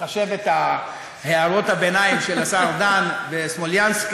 חשב את הערות הביניים של השר ארדן וסמולינסקי,